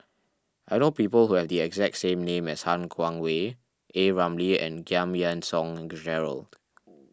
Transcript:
I know people who have the exact name as Han Guangwei A Ramli and Giam Yean Song Gerald